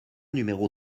numéro